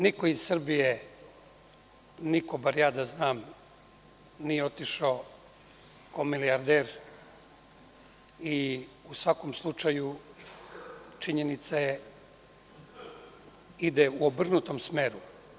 Niko iz Srbije, niko bar da ja znam, nije otišao kao milijarder i u svakom slučaju činjenica je, ide u obrnutom smeru.